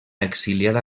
exiliada